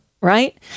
right